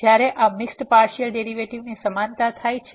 તેથી જ્યારે આ મિક્સ્ડ પાર્સીઅલ ડેરીવેટીવની સમાનતા થાય છે